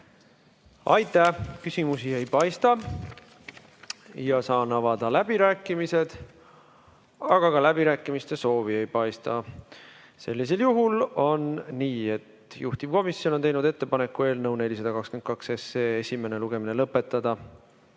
Aitäh! Küsimusi ei paista ja saan avada läbirääkimised. Aga ka läbirääkimiste soovi ei paista. Juhtivkomisjon on teinud ettepaneku eelnõu 422 esimene lugemine lõpetada.